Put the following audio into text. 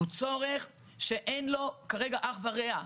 הוא צורך שאין לו כרגע אח ורע.